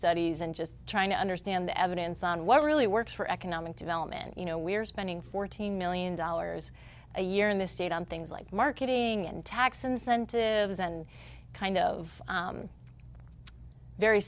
studies and just trying to understand the evidence on what really works for economic development you know we're spending fourteen million dollars a year in the state on things like marketing and tax incentives and kind of very